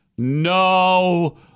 No